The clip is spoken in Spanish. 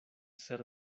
ser